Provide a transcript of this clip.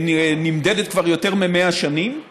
נמדדת כבר יותר מ-100 שנים,